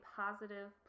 positive